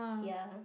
ya